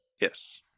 Yes